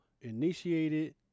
initiated